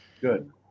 good